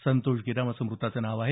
संतोष गिराम असं मृताचं नाव आहे